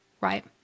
right